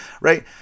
right